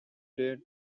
dare